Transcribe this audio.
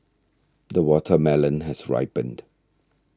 the watermelon has ripened